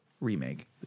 Remake